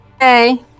Hey